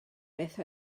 beth